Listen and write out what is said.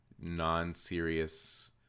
non-serious